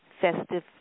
festive